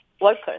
workers